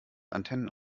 antennen